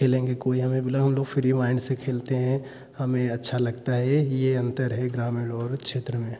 कोई हम लोग मतलब हम लोग फ्री माइंड से खेलतें हैं हमे अच्छा लगता है यह अंतर है ग्रामीण और क्षेत्र में